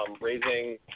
raising